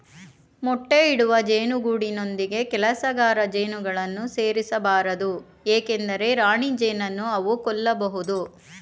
ಮೊಟ್ಟೆ ಇಡುವ ಜೇನು ಗೂಡಿನೊಂದಿಗೆ ಕೆಲಸಗಾರ ಜೇನುಗಳನ್ನು ಸೇರಿಸ ಬಾರದು ಏಕೆಂದರೆ ರಾಣಿಜೇನನ್ನು ಅವು ಕೊಲ್ಲಬೋದು